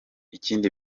ikindi